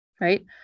Right